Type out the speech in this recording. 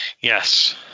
Yes